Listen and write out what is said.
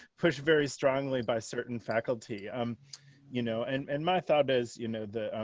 pushed very strongly by certain faculty, um you know. and and my thought is, you know, the,